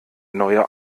neue